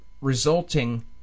resulting